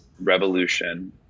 revolution